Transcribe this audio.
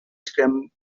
scrambled